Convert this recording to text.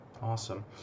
Awesome